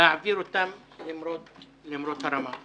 להעביר אותם למרות הרמה.